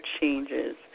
changes